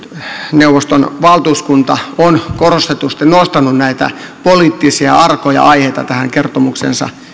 neuvoston valtuuskunta on korostetusti nostanut näitä poliittisia arkoja aiheita tähän kertomukseensa